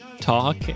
talk